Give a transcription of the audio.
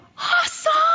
awesome